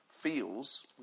feels